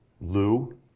Lou